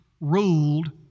ruled